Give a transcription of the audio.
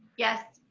yes.